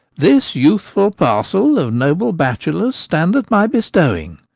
this youthful parcel of noble bachelors stand at my bestowing,